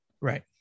Right